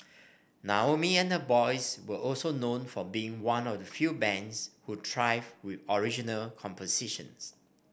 Naomi and her boys were also known for being one of the few bands who thrived with original compositions